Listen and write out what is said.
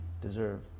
deserve